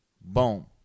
Boom